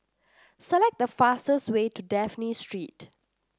select the fastest way to Dafne Street